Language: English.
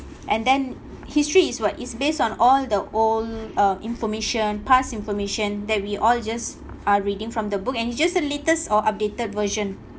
and then history is what is based on all the old uh information past information that we all just uh reading from the book and it's just the latest or updated version